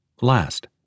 Last